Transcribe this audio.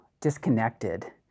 disconnected